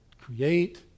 create